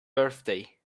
birthday